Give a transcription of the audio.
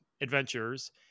adventures